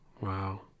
wow